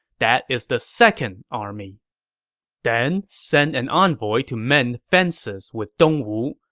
that is the second army then, send an envoy to mend fences with dongwu.